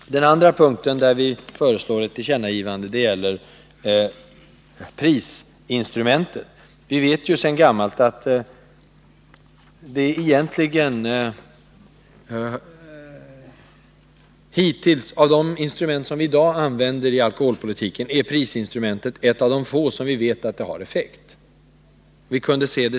För det andra föreslår utskottet ett tillkännagivande av riksdagen i fråga om prisinstrumentet. Vi vet sedan gammalt att av de instrument som vi hittills har använt i alkoholpolitiken är prisinstrumentet ett av de få som har effekt.